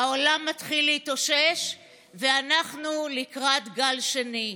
העולם מתחיל להתאושש ואנחנו לקראת גל שני.